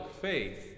faith